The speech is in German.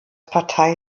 partei